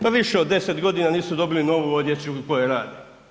Da više od 10 godina nisu dobili novu odjeću u kojoj rade.